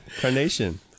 Carnation